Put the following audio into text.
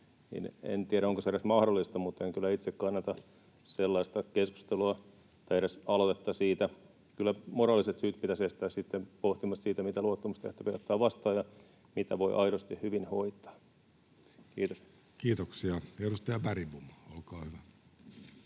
en tiedä, onko se edes mahdollista, mutta en kyllä itse kannata sellaista keskustelua tai edes aloitetta siitä. Kyllä moraalisten syiden pitäisi estää ja pistää pohtimaan sitä, mitä luottamustehtäviä ottaa vastaan ja mitä voi aidosti hyvin hoitaa. — Kiitos. Kiitoksia. — Edustaja Bergbom, olkaa hyvä.